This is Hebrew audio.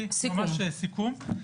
ממש סיכום.